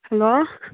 hello